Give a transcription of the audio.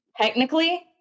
Technically